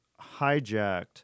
hijacked